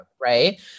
Right